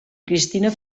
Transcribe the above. cristina